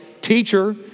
Teacher